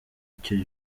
icyo